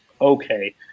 Okay